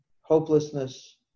hopelessness